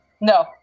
No